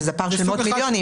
וזה פער של מאות מיליונים.